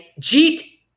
Jeet